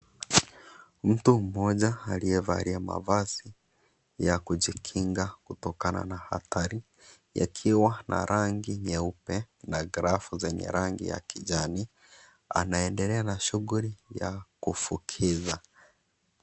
Mtu mmoja aliyevalia mavazi ya kujikinga kutokana na athari yakiwa na rangi nyeupe na glavu zenye rangi ya kijani anaendelea na shughuli ya kufukiza.